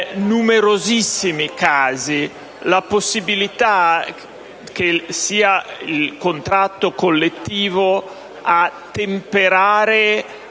numerosissimi casi, la possibilitache sia il contratto collettivo a temperare